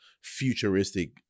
futuristic